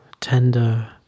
tender